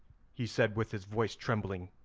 he said with his voice trembling.